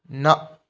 ਨਾ